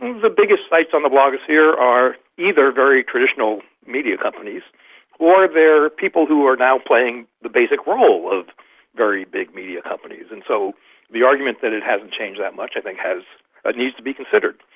the biggest sites on the blogosphere are either very traditional media companies or they're people who are now playing the basic role of very big media companies. and so the argument that it hasn't changed that much i think needs ah needs to be considered.